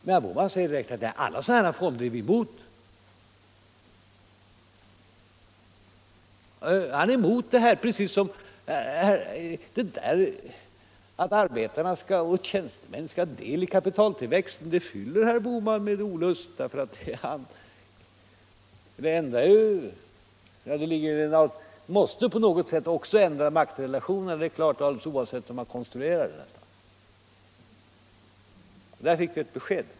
Men herr Bohman säger direkt att alla sådana här fonder är moderaterna emot. Att arbetare och tjänstemän skall ha del av kapitaltillväxten fyller herr Bohman med olust, därför att det på något sätt också måste ändra maktrelationerna, alldeles oavsett hur systemet konstrueras. Där fick vi ett besked.